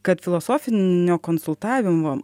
kad filosofinio konsultavimo